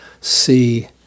see